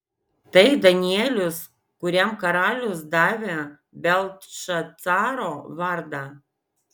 tai danielius kuriam karalius davė beltšacaro vardą